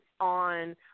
on